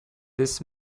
this